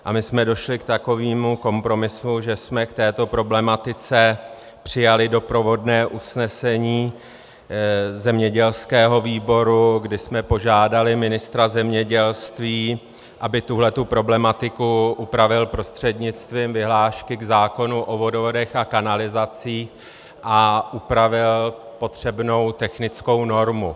A my jsme došli k takovému kompromisu, že jsme k této problematice přijali doprovodné usnesení zemědělského výboru, kde jsme požádali ministra zemědělství, aby tuhle problematiku upravil prostřednictvím vyhlášky k zákonu o vodovodech a kanalizacích a upravil potřebnou technickou normu.